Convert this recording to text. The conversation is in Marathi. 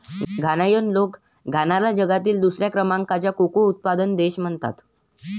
घानायन लोक घानाला जगातील दुसऱ्या क्रमांकाचा कोको उत्पादक देश म्हणतात